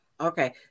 Okay